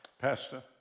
Pastor